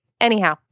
Anyhow